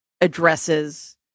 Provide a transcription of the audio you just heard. addresses